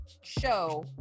show